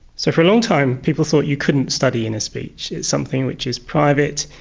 so, for a long time people thought you couldn't study inner speech, it's something which is private,